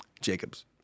jacobs